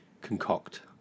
concoct